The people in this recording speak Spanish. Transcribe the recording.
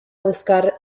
buscar